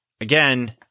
again